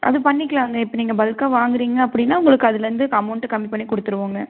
அது பண்ணிக்கலாங்க இப்போ நீங்கள் பல்க்காக வாங்குறீங்க அப்படின்னா உங்களுக்கு அதுலேருந்து அமௌண்ட்டு கம்மி பண்ணி கொடுத்துடுவோங்க